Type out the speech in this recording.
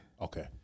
Okay